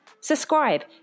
subscribe